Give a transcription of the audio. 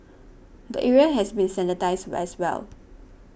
the area has been sanitised as well